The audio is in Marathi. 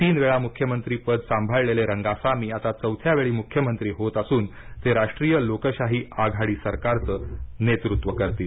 तीन वेळा मुख्यमंत्री पद सांभाळलेले रंगासामी आता चौथ्या वेळी मुख्यमंत्री होत असून ते राष्ट्रीय लोकशाही आघाडी सरकारचं नेतृत्व करतील